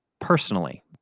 personally